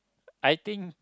I think